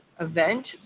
event